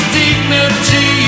dignity